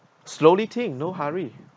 slowly think no hurry